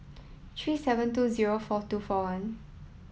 three seven two zero four two four one